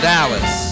Dallas